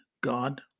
God